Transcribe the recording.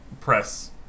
press